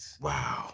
Wow